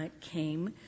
came